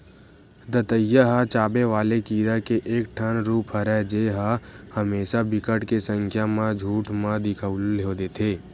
दतइया ह चाबे वाले कीरा के एक ठन रुप हरय जेहा हमेसा बिकट के संख्या म झुंठ म दिखउल देथे